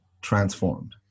transformed